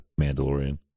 Mandalorian